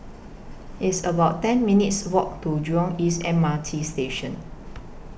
It's about ten minutes' Walk to Jurong East M R T Station